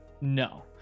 No